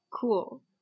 cool